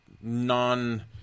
non